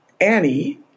Annie